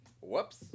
Whoops